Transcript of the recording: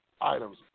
items